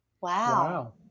Wow